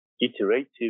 iterative